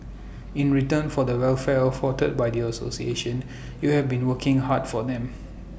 in return for the welfare afforded by the association you have been working hard for them